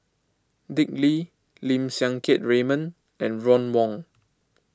Dick Lee Lim Siang Keat Raymond and Ron Wong